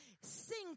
Sing